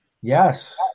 Yes